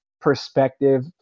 perspective